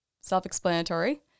self-explanatory